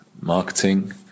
marketing